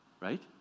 Right